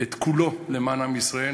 את כולו, למען עם ישראל.